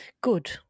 good